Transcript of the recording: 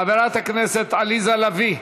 חברת הכנסת עליזה לביא,